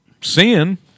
sin